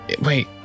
Wait